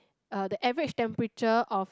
uh the average temperature of